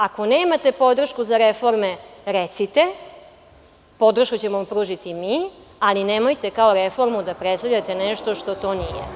Ako nemate podršku za reforme, recite, podršku ćemo vam pružiti mi, ali nemojte kao reformu da predstavljate nešto što to nije.